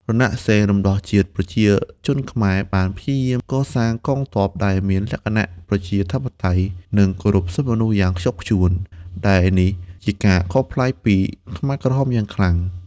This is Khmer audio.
រណសិរ្សរំដោះជាតិប្រជាជនខ្មែបានព្យាយាមកសាងកងទ័ពដែលមានលក្ខណៈប្រជាធិបតេយ្យ និងគោរពសិទ្ធិមនុស្សយ៉ាងខ្ជាប់ខ្ជួន ដែលនេះជាការខុសប្លែកពីខ្មែរក្រហមយ៉ាងខ្លាំង។